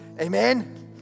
Amen